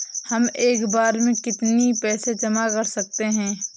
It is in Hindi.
हम एक बार में कितनी पैसे जमा कर सकते हैं?